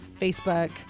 Facebook